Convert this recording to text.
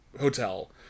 hotel